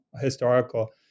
historical